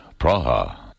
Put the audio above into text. Praha